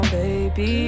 baby